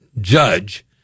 judge